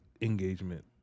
engagement